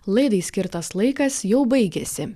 laidai skirtas laikas jau baigėsi